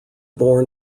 born